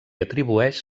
atribueix